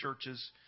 churches